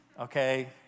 okay